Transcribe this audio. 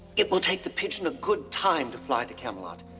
it will take the pigeon a good time to fly to camelot.